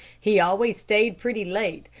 he always stayed pretty late,